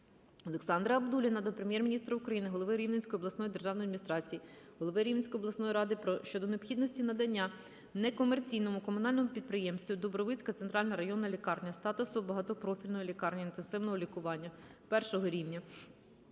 Олександра Абдулліна до Прем'єр-міністра України, голови Рівненської обласної державної адміністрації, голови Рівненської обласної ради щодо необхідності надання некомерційному комунальному підприємству "Дубровицька центральна районна лікарня" статусу багатопрофільної лікарні інтенсивного лікування першого рівня